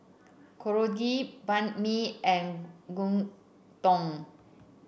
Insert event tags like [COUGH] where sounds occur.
korokke Banh Mi and [UNINTELLIGIBLE] Gyudon